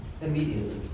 immediately